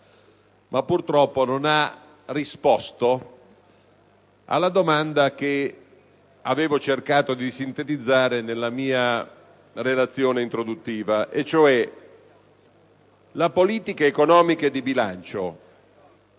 ma purtroppo non ha risposto, alla domanda che avevo cercato di sintetizzare nella mia relazione introduttiva: la politica economica e di bilancio